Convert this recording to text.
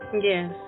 Yes